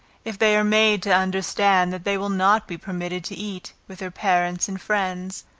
if they are made to understand that they will not be permitted to eat with their parents and friends,